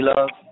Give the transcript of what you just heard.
Love